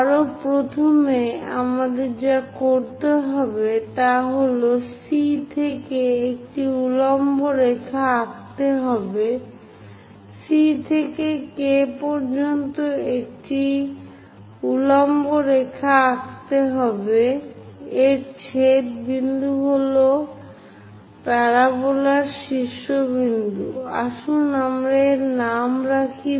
আরও প্রথমে আমাদের যা করতে হবে তা হল C থেকে একটি উল্লম্ব রেখা আঁকতে হবে C থেকে K পর্যন্ত একটি উল্লম্ব রেখা আঁকতে হবে এর ছেদ বিন্দু হল প্যারাবোলার শীর্ষবিন্দু আসুন আমরা এর নাম V রাখি